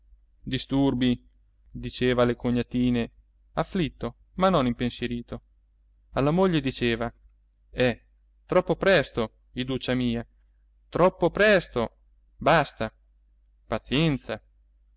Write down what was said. disturbi diceva alle cognatine afflitto ma non impensierito alla moglie diceva eh troppo presto iduccia mia troppo presto basta pazienza